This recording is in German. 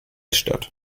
statt